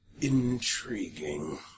Intriguing